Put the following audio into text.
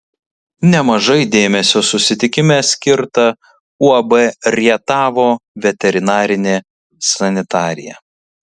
nemažai dėmesio susitikime skirta uab rietavo veterinarinė sanitarija